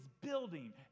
building